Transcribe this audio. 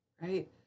right